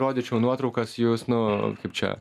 rodyčiau nuotraukas jūs nu kaip čia